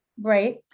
Right